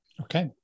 Okay